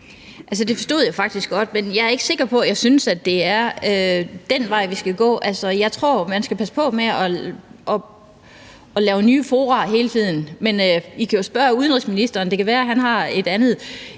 Det forstod jeg faktisk godt, men jeg er ikke sikker på, at jeg synes, det er den vej, vi skal gå. Altså, jeg tror, man skal passe på med hele tiden at lave nye fora. I kan jo spørge udenrigsministeren; det kan være, at han har et andet